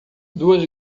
duas